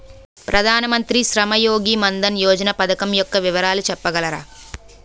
ప్రధాన మంత్రి శ్రమ్ యోగి మన్ధన్ యోజన పథకం యెక్క వివరాలు చెప్పగలరా?